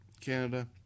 Canada